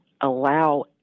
allow